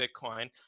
Bitcoin